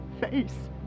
face